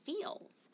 feels